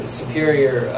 superior